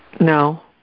no